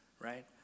right